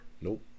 Nope